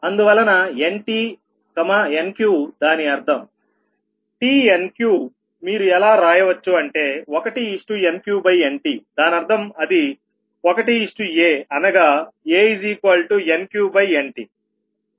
అందువలన Nt Nqదాని అర్థం t Nqమీరు ఎలా రాయవచ్చు అంటే 1NqNtదానర్థం అది 1aఅనగా aNqNt